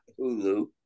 Hulu